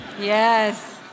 Yes